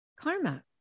Karma